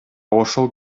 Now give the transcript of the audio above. ошол